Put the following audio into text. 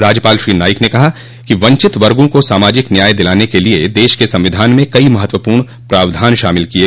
राज्यपाल श्री नाईक ने कहा कि वंचित वर्गो को सामाजिक न्याय दिलाने के लिए देश के संविधान में कई महत्वपूर्ण प्रावधान शामिल किये